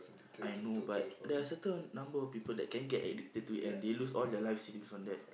I know but there are certain number of people that can get addicted to it and they lose all their life savings on that